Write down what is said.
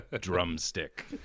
drumstick